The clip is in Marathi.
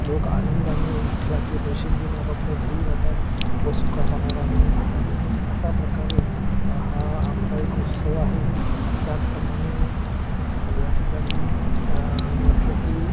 लोक आनंदाने विठ्ठलाचे दर्शन घेऊन आपापल्या घरी जातात व सुखासमाधानाने राहतात अशा प्रकारे हा आमचा एक उत्सव आहे अन् त्याचप्रमाणे या ठिकाणी जसं की